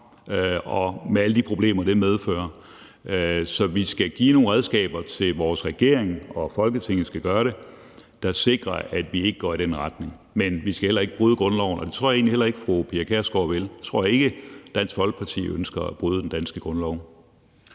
med alle de problemer, det medfører. Så vi skal give nogle redskaber til vores regering – det skal Folketinget gøre – der sikrer, at vi ikke går i den retning. Men vi skal heller ikke bryde grundloven. Og det tror jeg egentlig heller ikke fru Pia Kjærsgaard vil – jeg tror ikke, at Dansk Folkeparti ønsker at bryde den danske grundlov.